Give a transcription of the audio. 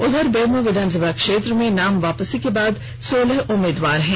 उधर बेरमो विधानसभा क्षेत्र में नाम वापसी के बाद सोलह उम्मीदवार मैदान में हैं